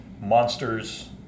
monsters